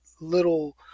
little